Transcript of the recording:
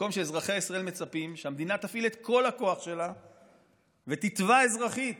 המקום שאזרחי ישראל מצפים שהמדינה תפעיל את כל הכוח שלה ותתבע אזרחית